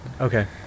Okay